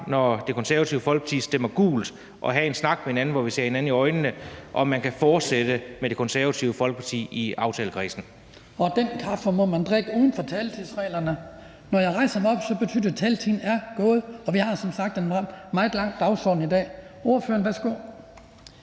når Det Konservative Folkeparti stemmer gult, altså have en snak, hvor vi ser hinanden i øjnene, om, om man kan fortsætte med Det Konservative Folkeparti i aftalekredsen. Kl. 15:04 Den fg. formand (Hans Kristian Skibby): Den kaffe må man drikke uden for taletiden. Når jeg rejser mig op, betyder det, at taletiden er gået, og vi har som sagt en meget lang dagsorden i dag. Ordføreren, værsgo.